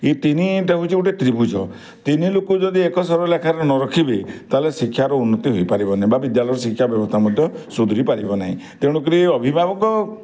ଏଇ ତିନିଟା ହେଉଛି ଗୋଟେ ତ୍ରିଭୁଜ ତିନି ଲୋକକୁ ଯଦି ଏକ ସରଳରେଖାରେ ନ ରଖିବେ ତା'ହେଲେ ଶିକ୍ଷାର ଉନ୍ନତି ହୋଇ ପାରିବନି ବା ବିଦ୍ୟାଳୟର ଶିକ୍ଷା ବ୍ୟବସ୍ଥା ମଧ୍ୟ ସୁଧୁରି ପାରିବ ନାହିଁ ତେଣୁକରି ଅଭିଭାବକ